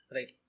Right